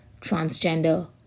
transgender